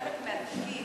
חלק מהתיקים